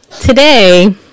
today